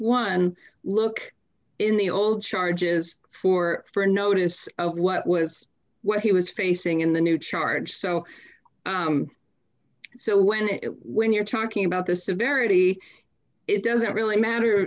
one look in the old charges for for a notice of what was what he was facing in the new charge so so when it when you're talking about the severity it doesn't really matter